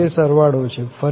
તેથી તે સરવાળો છે